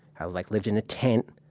i like lived in a tent,